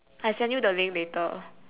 I send you the link later